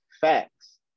facts